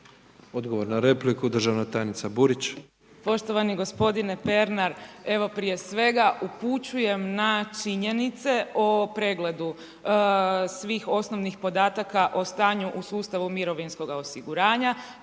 Odgovor na repliku državna tajnica Burić. **Burić, Majda (HDZ)** Poštovani gospodine Pernar, evo prije svega upućujem na činjenice o pregledu svih osnovnih podataka, o stanju u sustavu mirovinskog osiguranja.